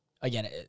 again